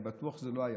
אני בטוח שזה לא היה.